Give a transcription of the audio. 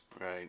Right